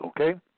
okay